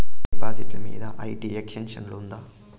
డిపాజిట్లు మీద IT exemption ఉందా?